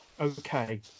Okay